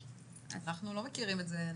אנחנו לא מכירים את זה.